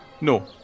No